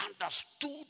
understood